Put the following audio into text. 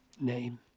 name